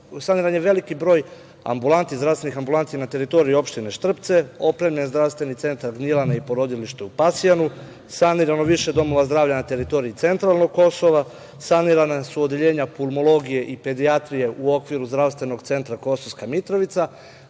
saniran je veliki broj zdravstvenih ambulanti na teritoriji opštini Štrpce, opremljen je Zdravstveni centar Gnjilane i porodilište u Pasjanu, sanirano je više domova zdravlja na teritoriji centralnog Kosova. Sanirana su odeljenja pulmologije i pedijatrije u okviru Zdravstvenog centra Kosovska Mitrovica,